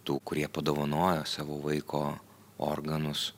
tų kurie padovanojo savo vaiko organus